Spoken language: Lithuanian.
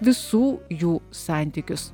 visų jų santykius